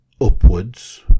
upwards